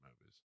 movies